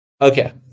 okay